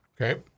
Okay